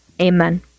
Amen